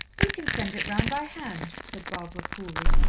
we can send it round by hand, said barbara coolly.